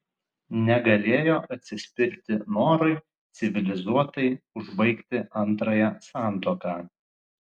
negalėjo atsispirti norui civilizuotai užbaigti antrąją santuoką